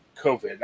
COVID